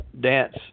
dance